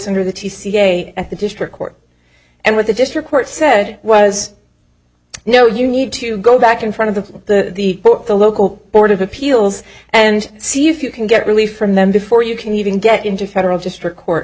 under the tcas the district court and with the district court said was you know you need to go back in front of the court the local court of appeals and see if you can get relief from them before you can even get into a federal district court